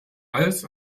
als